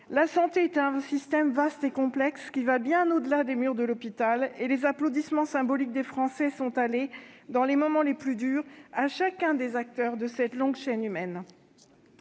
La santé est un système vaste et complexe qui va bien au-delà des murs de l'hôpital, et les applaudissements symboliques des Français sont allés, dans les moments les plus durs, à chacun des acteurs de cette longue chaîne humaine.